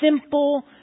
simple